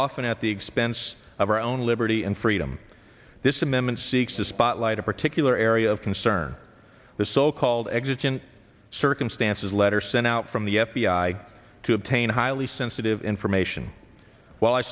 often at the expense of our own liberty and freedom this amendment seeks to spotlight a particular area of concern the so called existent circumstances letter sent out from the f b i to obtain highly sensitive information while i